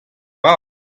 bras